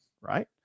right